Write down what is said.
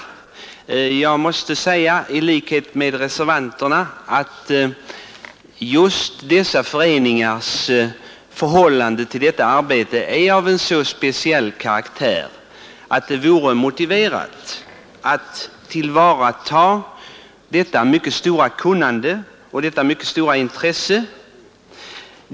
Men jag måste i likhet med reservanterna säga att just hembygdsföreningarnas förhållande till miljövårdsarbetet är av så speciell karaktär att det vore motiverat att tillvarata detta mycket stora kunnande och mycket stora intresse.